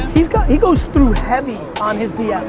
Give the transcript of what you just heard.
he goes through heavy on his dms.